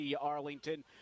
Arlington